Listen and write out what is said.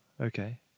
okay